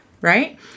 Right